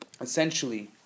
essentially